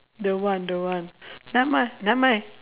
don't want don't want never mind never mind